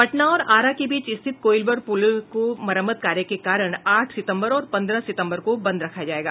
पटना और आरा के बीच स्थित कोइलवर पुल को मरम्मत कार्य के कारण आठ सितम्बर और पन्द्रह सितम्बर को बंद रखा जायेगा